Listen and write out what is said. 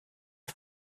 are